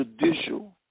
judicial